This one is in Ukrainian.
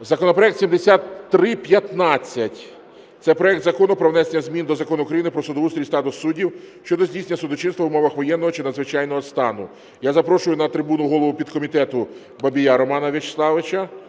Законопроект 7315 – це проект Закону про внесення змін до Закону України "Про судоустрій і статус суддів" щодо здійснення судочинства в умовах воєнного чи надзвичайного стану. Я запрошую на трибуну голову підкомітету Бабія Романа Вячеславовича.